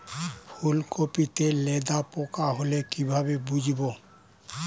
ফুলকপিতে লেদা পোকা হলে কি ভাবে বুঝবো?